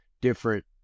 different